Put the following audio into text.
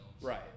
right